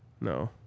No